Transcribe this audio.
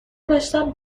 داشتم